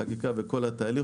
החקיקה וכל התהליך,